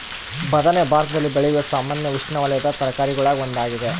ಬದನೆ ಭಾರತದಲ್ಲಿ ಬೆಳೆಯುವ ಸಾಮಾನ್ಯ ಉಷ್ಣವಲಯದ ತರಕಾರಿಗುಳಾಗ ಒಂದಾಗಿದೆ